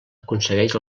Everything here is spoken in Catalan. aconsegueix